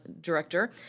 director